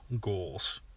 goals